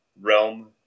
realm